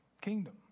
kingdom